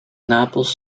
napels